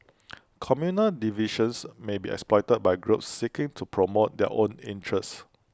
communal divisions may be exploited by groups seeking to promote their own interests